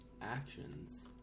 actions